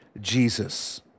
Jesus